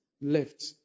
left